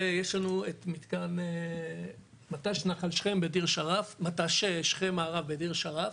ויש לנו את מט"ש נחל שכם מערב בדיר שרף,